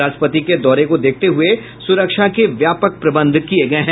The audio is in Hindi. राष्ट्रपति के दौरे को देखते हुए सुरक्षा के व्यापक प्रबंध किये गये हैं